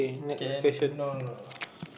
K no no